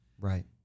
Right